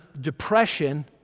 depression